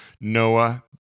Noah